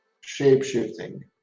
shape-shifting